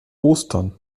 ostern